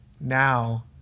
Now